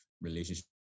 relationship